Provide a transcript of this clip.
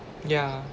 yeah